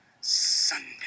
Sunday